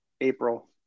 April